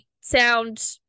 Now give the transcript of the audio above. sound